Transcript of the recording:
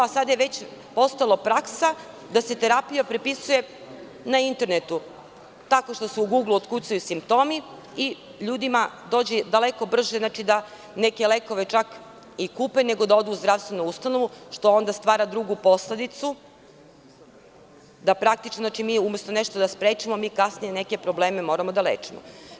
Sada je već postala praksa da se terapija propisuje na internetu tako što se na Guglu ukucaju simptomi i ljudima dođe daleko brže da neke lekove kupe nego da odu u zdravstvenu ustanovu, što onda stvara drugu posledicu, da umesto da nešto sprečimo, mi kasnije neke probleme moramo da lečimo.